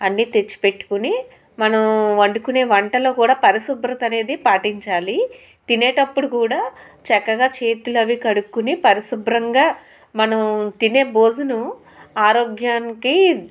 అన్ని తెచ్చిపెట్టుకుని మనం వండుకునే వంటలో కూడా పరిశుభ్రత అనేది పాటించాలి తినేటప్పుడు కూడా చక్కగా చేతులు అవి కడుక్కునే పరిశుభ్రంగా మనం తినే భోజనం ఆరోగ్యానికి